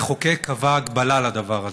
המחוקק קבע הגבלה על הדבר הזה,